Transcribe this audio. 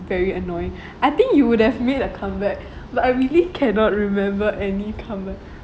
very annoying I think you would have made a comeback but I really cannot remember any comeback